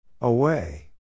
Away